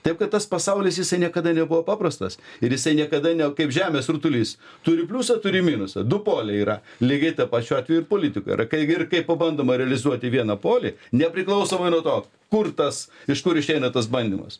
taip kad tas pasaulis jisai niekada nebuvo paprastas ir jisai niekada ne kaip žemės rutulys turi pliusą turi minusą du poliai yra lygiai taip pat šiuo atveju ir politikoj yra kaip ir kai bandoma realizuoti vieną polį nepriklausomai nuo to kur tas iš kur išeina tas bandymas